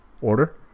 Order